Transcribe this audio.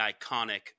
iconic